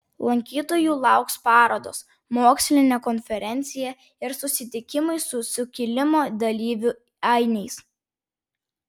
lankytojų lauks parodos mokslinė konferencija ir susitikimai su sukilimo dalyvių ainiais